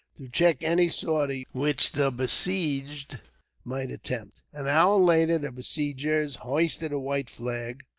to check any sortie which the besieged might attempt. an hour later, the besiegers hoisted a white flag,